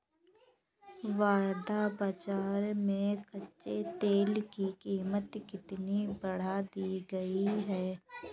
वायदा बाजार में कच्चे तेल की कीमत कितनी बढ़ा दी गई है?